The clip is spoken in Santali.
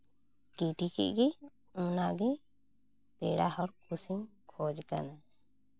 ᱜᱤᱰᱤ ᱠᱮᱫ ᱜᱮ ᱚᱱᱟᱜᱮ ᱯᱮᱲᱟ ᱦᱚᱲ ᱠᱩᱥᱤᱧ ᱠᱷᱚᱡᱽ ᱠᱟᱱᱟ